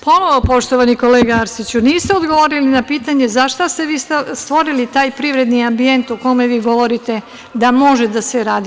Ponovo, poštovani kolega Arsiću, niste odgovorili na pitanje za šta ste vi stvorili taj privredni ambijent o kome vi govorite da može da se radi.